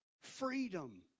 freedom